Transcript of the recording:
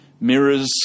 mirrors